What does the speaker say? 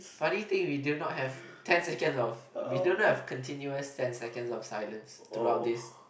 funny thing we did not have ten seconds of we did not have continuous ten seconds of silence through out this